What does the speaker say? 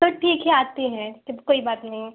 तो ठीक है आते हैं जब कोई बात नहीं